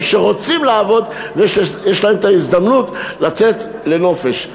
שרוצים לעבוד ויש להם את ההזדמנות לצאת לנופש.